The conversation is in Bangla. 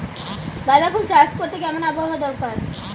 গাঁদাফুল চাষ করতে কেমন আবহাওয়া দরকার?